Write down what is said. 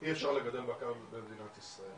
אי אפשר לגדל בקר במדינת ישראל.